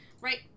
Right